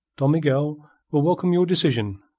don miguel will welcome your decision,